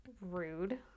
Rude